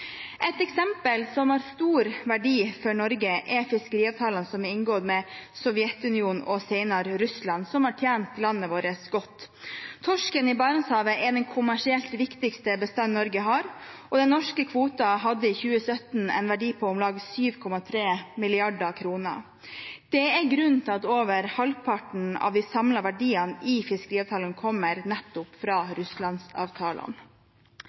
Et eksempel som har stor verdi for Norge, er fiskeriavtalene som er inngått med Sovjetunionen og senere Russland som har tjent landet vårt godt. Torsken i Barentshavet er den kommersielt viktigste bestanden Norge har, og den norske kvoten hadde i 2017 en verdi på om lag 7,3 mrd. kr. Det er grunnen til at over halvparten av de samlede verdiene i fiskeriavtalene kommer nettopp